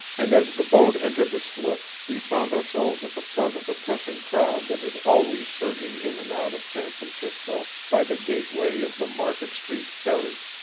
and as the boat entered the slip we found ourselves at the front of the pressing crowd that is always surging in and out of san francisco by the gateway of the market-street ferry.